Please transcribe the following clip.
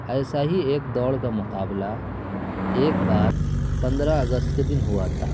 ایسا ہی ایک دوڑ کا مقابلہ ایک بار پندرہ اگست کے دن ہوا تھا